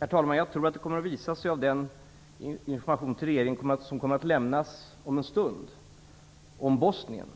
Herr talman! Jag tror att det kommer att visa sig av den information som regeringen kommer att lämna om en stund om Bosnien